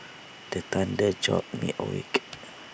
the thunder jolt me awake